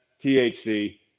THC